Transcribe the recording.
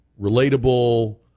relatable